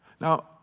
Now